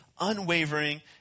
unwavering